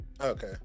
Okay